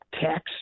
tax